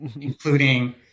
including